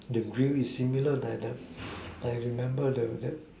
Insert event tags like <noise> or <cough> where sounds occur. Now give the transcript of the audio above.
the grill is similar like the <noise> I remember the the